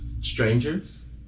Strangers